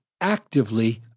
actively